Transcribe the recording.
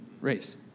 race